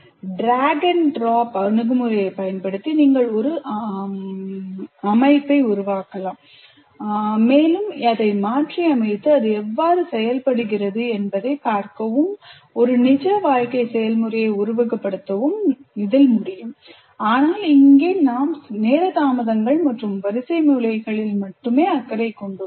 drag and drop அணுகுமுறையைப் பயன்படுத்தி நீங்கள் ஒரு அமைப்பை உருவாக்கலாம் மேலும் அதை மாற்றியமைத்து அது எவ்வாறு செயல்படுகிறது என்பதைப் பார்க்கவும் ஒரு நிஜ வாழ்க்கை செயல்முறையை உருவகப்படுத்த முடியும் ஆனால் இங்கே நாம் நேர தாமதங்கள் மற்றும் வரிசை முறைகளில் மட்டுமே அக்கறை கொண்டுள்ளோம்